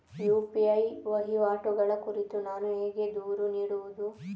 UPI ವಹಿವಾಟುಗಳ ಕುರಿತು ನಾನು ಹೇಗೆ ದೂರು ನೀಡುವುದು?